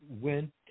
went